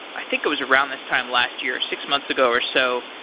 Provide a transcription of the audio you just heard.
i think it was around this time last year, or six months ago or so,